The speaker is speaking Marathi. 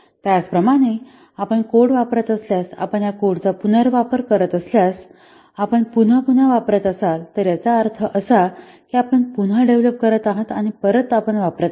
त्याचप्रमाणे आपण कोड वापरत असल्यास आपण या कोडचा पुनर्वापर करत असल्यास आपण पुन्हा वापरत असाल तर याचा अर्थ असा की आपण पुन्हा डेव्हलप करत आहात आणि परत आपण वापरत आहात